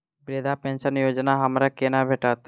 वृद्धा पेंशन योजना हमरा केना भेटत?